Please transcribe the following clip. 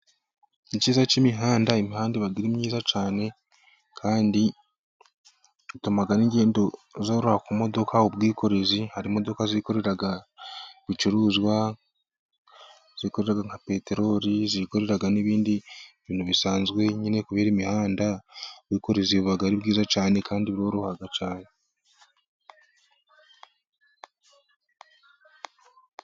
Ikiza k'imihanda, imihanda iba myiza cyane kandi bituma n'ingendo zoroha ku modoka. Ubwikorezi hari imodoka zikorera ibicuruzwa, zikore nka peterori, zikore n'ibindi bintu bisanzwe, nyine kubera imihanda ubwikorezi buba ari byiza cyane kandi buroroha cyane.